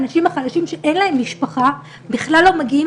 האנשים החלשים שאין להם משפחה בכלל לא מגיעים,